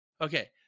Okay